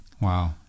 Wow